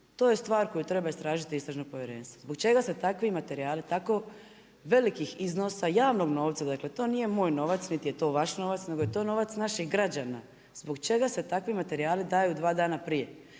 To je stvar koju treba istražiti istražno povjerenstvo. Zbog čega se takvi materijali tako velikih iznosa javnog novca, dakle to nije moj novac, nit je to vaš novac, nego je to novac naših građana, zbog čega se takvi materijali daju dva dana prije?